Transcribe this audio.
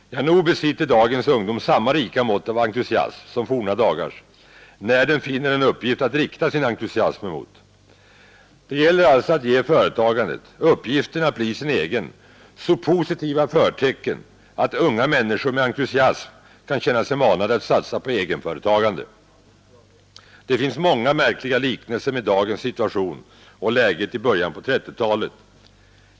Ja, nog besitter dagens ungdom samma rika mått av entusiasm som forna dagars, när den finner en uppgift att rikta sin entusiasm emot. Det gäller alltså att ge företagandet, uppgiften att ”bli sin egen”, så positiva förtecken att unga människor med entusiasm kan känna sig manade att satsa på eget företagande. Det finns många märkliga likheter mellan dagens situation och läget i början av 1930-talet.